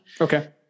okay